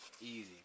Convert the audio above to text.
easy